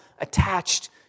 attached